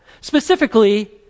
specifically